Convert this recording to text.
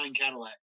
Cadillac